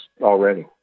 already